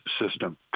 system